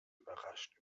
überrascht